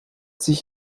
sich